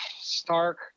Stark